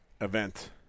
event